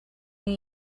new